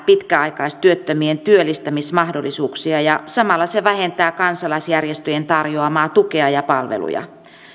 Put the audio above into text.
pitkäaikaistyöttömien työllistämismahdollisuuksia ja samalla se vähentää kansalaisjärjestöjen tarjoamaa tukea ja palveluja kun